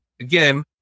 again